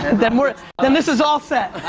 then we're, then this is all set!